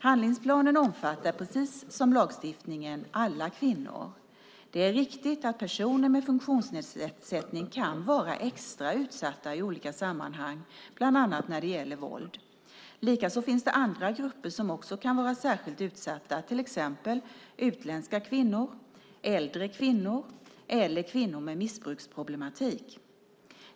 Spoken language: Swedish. Handlingsplanen omfattar, precis som lagstiftningen, alla kvinnor. Det är riktigt att personer med funktionsnedsättning kan vara extra utsatta i olika sammanhang, bland annat när det gäller våld. Likaså finns det andra grupper som också kan vara särskilt utsatta, till exempel utländska kvinnor, äldre kvinnor eller kvinnor med missbruksproblematik.